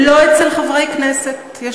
לא, זה שילוב של ניירות ערך ונאמנות עיוורת.